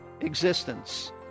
existence